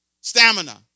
Stamina